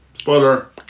Spoiler